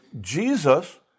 Jesus